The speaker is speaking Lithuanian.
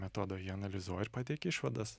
metodą jį analizuoji ir pateiki išvadas